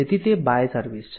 તેથી તે by service છે